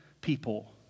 people